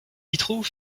vitraux